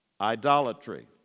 Idolatry